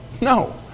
No